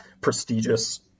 prestigious